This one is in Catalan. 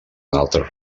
altres